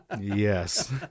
Yes